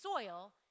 soil